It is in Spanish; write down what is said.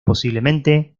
posiblemente